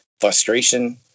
frustration